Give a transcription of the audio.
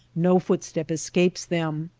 no footstep escapes them.